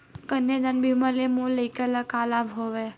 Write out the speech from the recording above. कन्यादान बीमा ले मोर लइका ल का लाभ हवय?